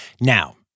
Now